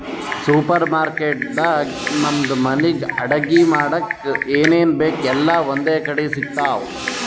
super market ದಾಗ್ ನಮ್ಗ್ ಮನಿಗ್ ಅಡಗಿ ಮಾಡಕ್ಕ್ ಏನೇನ್ ಬೇಕ್ ಎಲ್ಲಾ ಒಂದೇ ಕಡಿ ಸಿಗ್ತಾವ್